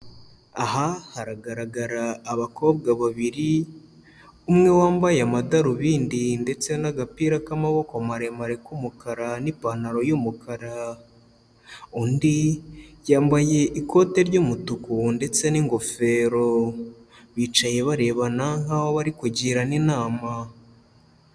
Aha haragaragara abakobwa babiri, umwe wambaye amadarubindi ndetse n'agapira k'amaboko maremare k'umukara n'ipantaro y'umukara, undi yambaye ikote ry'umutuku ndetse n'ingofero, bicaye barebana nk'aho bari kugirana inama.